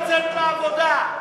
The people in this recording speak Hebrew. לעבודה.